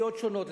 מסיעות שונות,